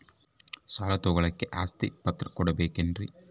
ಸಾಲ ತೋಳಕ್ಕೆ ಆಸ್ತಿ ಪತ್ರ ಕೊಡಬೇಕರಿ?